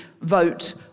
vote